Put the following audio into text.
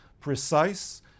precise